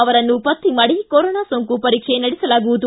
ಅವರನ್ನು ಪತ್ತೆ ಮಾಡಿ ಕೊರೋನಾ ಸೋಂಕು ಪರೀಕ್ಷೆ ನಡೆಸಲಾಗುವುದು